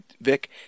Vic